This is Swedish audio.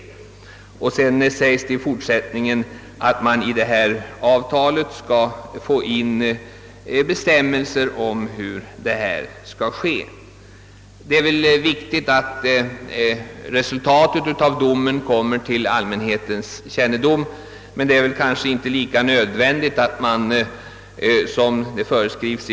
Enligt utskottet bör emellertid det avtal, som skall ingås mellan Kungl. Maj:t och Sveriges Radio, innefatta villkor om beriktigande och också en motsvarighet till tryckfrihetsförordningens ——— bestämmelse om publicering.» Det är viktigt, att resultatet av domen kommer till allmänhetens kännedom, men det är kanske inte lika nödvändigt att domen i sin helhet återges.